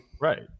Right